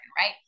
right